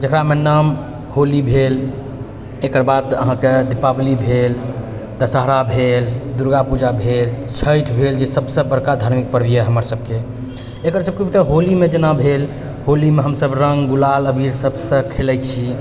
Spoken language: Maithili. जकरामे नाम होली भेल एकर बाद अहाँके दीपावली भेल दशहरा भेल दुर्गा पूजा भेल छठि भेल से सभसँ बड़का धार्मिक पर्ब यऽ हमर सभके एकर सभके तऽ होलीमे जेना भेल होलीमे हमसभ रङ्ग ग़ुलाल अबीर सभसँ खेलै छी